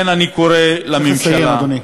צריך לסיים, אדוני.